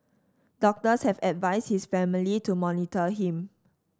doctors have advised his family to monitor him